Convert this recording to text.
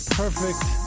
perfect